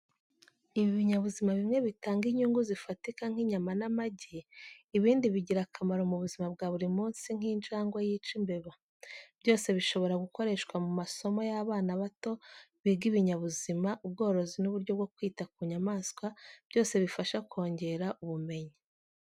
Ibi binyabuzima bimwe bitanga inyungu zifatika nk’inyama n'amagi. Ibindi bigira akamaro mu buzima bwa buri munsi nk’injangwe yica imbeba. Byose bishobora gukoreshwa mu masomo y’abana bato biga ibinyabuzima, ubworozi, n'uburyo bwo kwita ku nyamaswa byose bifasha kongera ubumenyi.